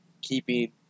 keeping